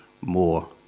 more